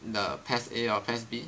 the PES a or PES b